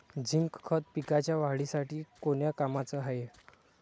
Zinc खत पिकाच्या वाढीसाठी कोन्या कामाचं हाये?